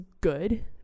good